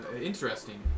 interesting